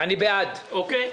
אני בעד,